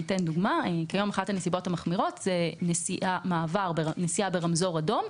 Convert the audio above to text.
אחת הנסיבות המחמירות היום הן נסיעה ברמזור אדום,